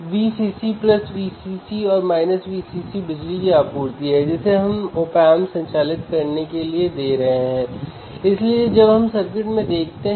फिर हम उच्च मूल्यों और निचले मूल्यों के लिए प्रयोग को दोहरा सकते हैं